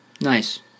Nice